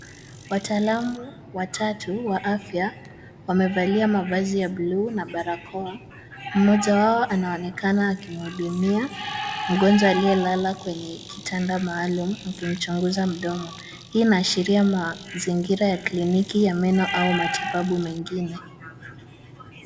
Wataalamu watatu wa afya wamevalia mavazi ya blue na barakoa. Mmoja wao anaonekana akimhudumia mgonjwa aliyelala kwenye kitanda maalum akimchunguza mdomo. Hii inaashiria mazingira ya kliniki ya meno au matibabu mengine.